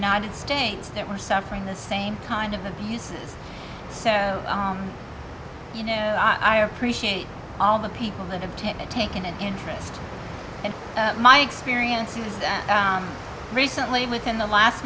united states that were suffering the same kind of abuses so you know i appreciate all the people that have to take an interest in my experiences recently within the last